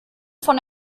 von